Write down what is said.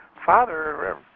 father